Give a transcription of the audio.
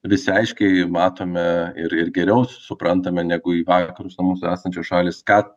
visi aiškiai matome ir ir geriau suprantame negu į vakarus nuo mūsų esančios šalys ką